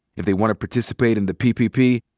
if they want to participate in the ppp,